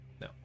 No